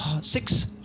six